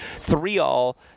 three-all